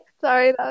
sorry